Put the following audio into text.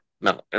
No